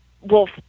wolf